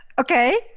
Okay